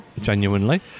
genuinely